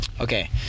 Okay